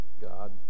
God